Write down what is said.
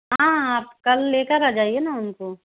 हाँ हाँ आप कल लेकर आ जाइए ना उनको